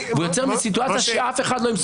והוא יוצר סיטואציה שאף אחד לא ימסור